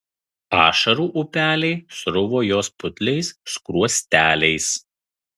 ašarų upeliai sruvo jos putliais skruosteliais